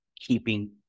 keeping